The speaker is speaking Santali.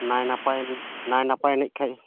ᱱᱟᱭ ᱱᱟᱯᱟᱭ ᱱᱟᱭ ᱱᱟᱯᱟᱭ ᱮᱱᱮᱡ ᱠᱷᱟᱱ